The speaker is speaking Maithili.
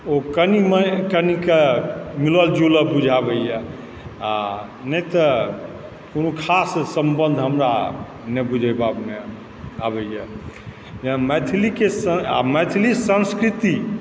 ओ कनिमे कनिके मिलल जुलल बुझाबैए आ नहि तऽ कोनो खास सम्बन्ध हमरा नहि बुझैबामे आबयए मैथिलीके आ मैथिली संस्कृति